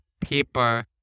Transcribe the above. paper